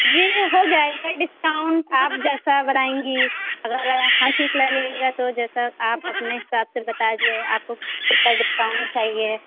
جی ہو جائے گا ڈسکاؤنٹ آپ جیسا ورائیں گی اگر ہاں ٹھیک لگے گا تو جیسا آپ اپنے حساب سے بتا دیجیے آپ کو کتنا ڈسکاؤنٹ چاہیے